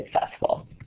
successful